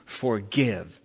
forgive